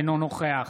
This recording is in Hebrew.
אינו נוכח